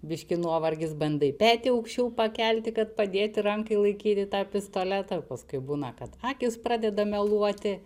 biškį nuovargis bandai petį aukščiau pakelti kad padėti rankai laikyti tą pistoletą paskui būna kad akys pradeda meluoti